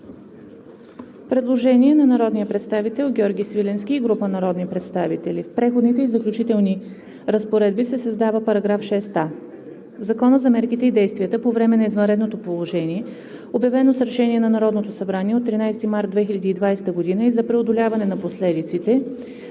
Предложение на народния представител Георги Свиленски и група народни представители: „В Преходните и заключителните разпоредби се създава § 6а: „В Закона за мерките и действията по време на извънредното положение, обявено с решение на Народното събрание от 13 март 2020 г., и за преодоляване на последиците